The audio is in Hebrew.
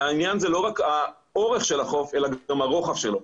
והעניין זה לא רק האורך של החוף אלא גם הרוחב שלו.